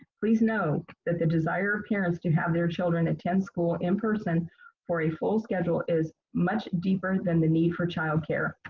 please know that the desire of parents to have their children attend school in person for a full schedule is much deeper than the need for childcare.